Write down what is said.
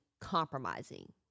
compromising